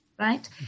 right